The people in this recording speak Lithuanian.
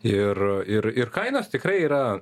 ir ir ir kainos tikrai yra